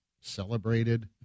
celebrated